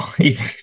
easy